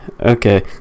Okay